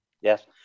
yes